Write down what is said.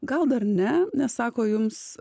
gal dar ne nes sako jums